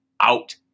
out